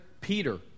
Peter